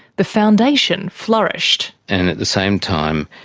the foundation flourished. and at the same time,